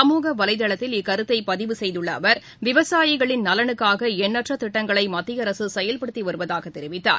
சமூக வலைதளத்தில் இக்கரத்தைபதிவு செய்துள்ளஅவர் விவசாயிகளின் நலனுக்காகஎண்ணற்றதிட்டங்களைமத்தியஅரசுசெயல்படுத்திவருவதாகதெரிவித்தார்